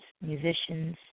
musicians